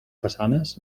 façanes